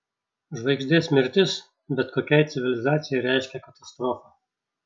žvaigždės mirtis bet kokiai civilizacijai reiškia katastrofą